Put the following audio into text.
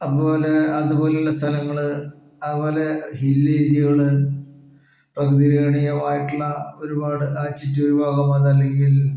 അതുപോലെ അതുപോലുള്ള സ്ഥലങ്ങള് അതുപോലെ ഹില്ല് ഏരിയകള് പ്രകൃതി രമണീയമായിട്ടുള്ള ഒരുപാട് ആറ്റിട്യൂട് അതല്ലങ്കിൽ